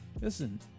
listen